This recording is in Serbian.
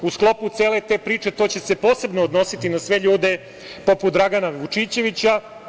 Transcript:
U sklopu cele te priče, to će se posebno odnositi na sve ljude poput Dragana Vučičevića.